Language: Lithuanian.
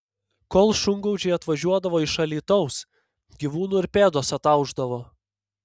kol šungaudžiai atvažiuodavo iš alytaus gyvūnų ir pėdos ataušdavo